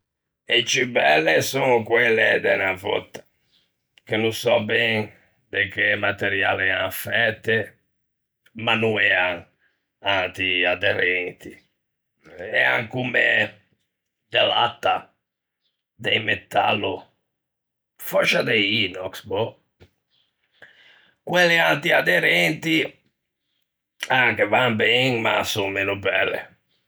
E ciù belle son quelle de unna vòtta, che no sò ben de che materiale ean fæte, ma no ean antiaderenti, ean comme de latta, de un metallo, fòscia de inox, boh; quelle antiaderenti anche van ben, ma son meno belle.